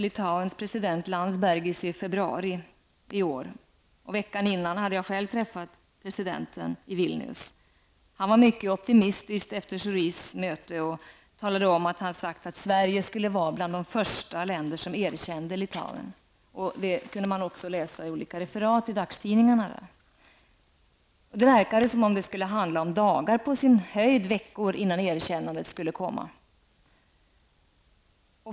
Landsbergis i februari i år. Veckan före hade jag själv träffat presidenten i Vilnius. Han var mycket optimistisk efter mötet med Schori och talade om att denne sagt att Sverige skulle vara bland de första länder som erkände Litauen. Det kunde man också läsa om i referat från dagstidningarna där. Det verkade som om det skulle handla om dagar, på sin höjd veckor, innan erkännande skulle komma.